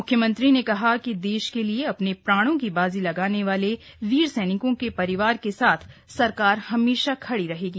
मुख्यमंत्री ने कहा कि देश के लिए अपने प्राणों की बाजी लगाने वाले वीर सैनिकों के परिवार के साथ सरकार हमेशा खड़ी रहेगी